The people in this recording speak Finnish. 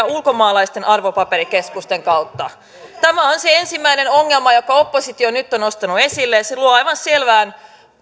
ulkomaalaisten arvopaperikeskusten kautta tämä on se ensimmäinen ongelma jonka oppositio nyt on nostanut esille ja se luo aivan